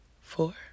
four